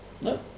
No